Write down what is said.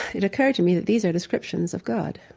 it occurred to me that these are descriptions of god.